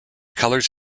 colors